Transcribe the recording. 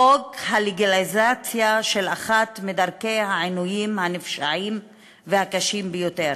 חוק הלגליזציה של אחת מדרכי העינויים הנפשעות והקשות ביותר.